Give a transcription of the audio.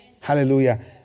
Hallelujah